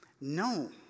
no